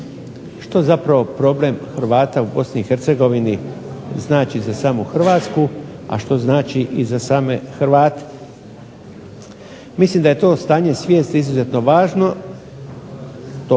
što zapravo problem Hrvata u BiH znači za samu Hrvatsku, a što znači i za same Hrvate. Mislim da je to stanje svijesti izuzetno važno,